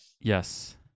Yes